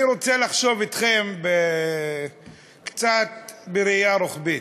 אני רוצה לחשוב אתכם קצת בראייה רוחבית: